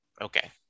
Okay